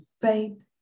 faith